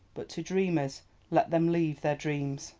but to dreamers let them leave their dreams.